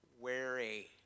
wary